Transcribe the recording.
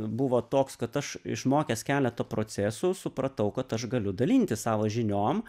buvo toks kad aš išmokęs keletą procesų supratau kad aš galiu dalintis savo žiniom